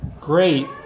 great